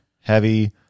Heavy